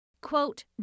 Quote